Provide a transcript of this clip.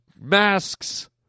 masks